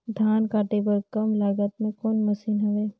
धान काटे बर कम लागत मे कौन मशीन हवय?